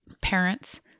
parents